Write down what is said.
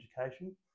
Education